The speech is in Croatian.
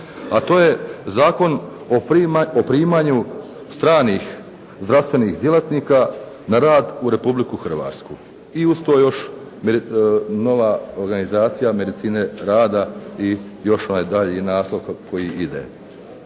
a to je zakon o primanju stranih zdravstvenih djelatnika na rad u Republiku Hrvatsku i uz to još nova organizacija medicine rada i još onaj daljnji naslov koji ide.